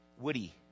woody